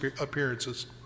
appearances